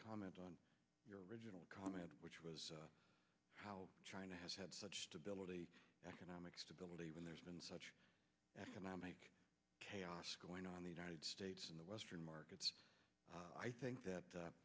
comment on your original comment which was how china has had such stability economic stability when there's been such economic chaos going on the united states in the western markets i think that